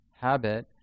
habit